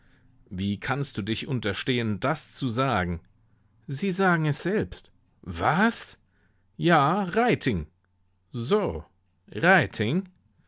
wie kannst du dich unterstehen das zu sagen sie sagen es selbst was ja reiting so